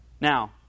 Now